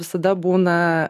visada būna